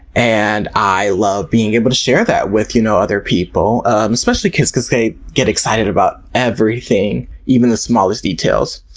and i love being able to share that with you know other people, especially kids because they get excited about everything, even the smallest details.